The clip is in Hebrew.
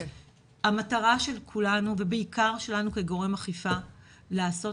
המטרה של כולנו ובעיקר שלנו כגורם אכיפה היא לעשות